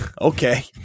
okay